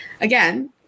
again